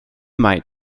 might